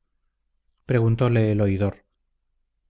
obligación preguntóle el oidor